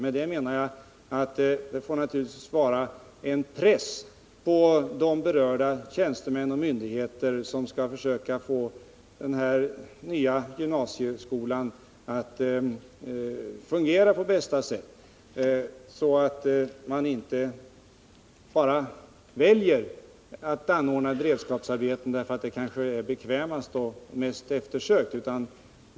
Med det menar jag att det naturligtvis får vara en press på berörda tjänstemän och myndigheter som skall försöka få den här nya gymnasieskolan att fungera på bästa sätt, så att man inte bara väljer att anordna beredskapsarbeten därför att det kanske är bekvämast och mest eftersökt.